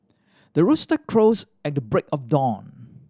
the rooster crows at the break of dawn